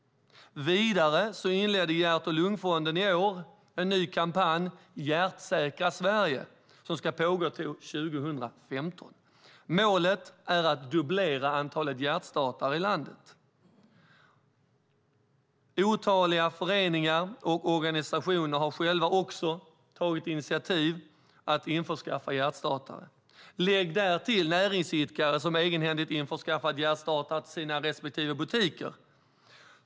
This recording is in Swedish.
Vidare inledde Hjärt-Lungfonden i år en ny kampanj, Hjärtsäkra Sverige, som ska pågå till år 2015. Målet är att dubblera antalet hjärtstartare i landet. Otaliga föreningar och organisationer har själva också tagit initiativ till att införskaffa hjärtstartare. Lägg därtill näringsidkare som egenhändigt införskaffat hjärtstartare till sina respektive butiker.